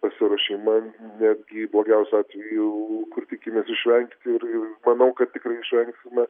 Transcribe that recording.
pasiruošimą netgi blogiausiu atveju kur tikimės išvengti ir manau kad tikrai išvengsime